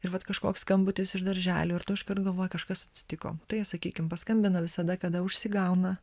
ir vat kažkoks skambutis iš darželio ir tu iškart galvoji kažkas atsitiko tai jie sakykim paskambina visada kada užsigauna